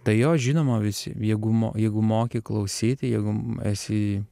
tai jo žinoma visi jeigu mo jeigu moki klausyti jeigu esi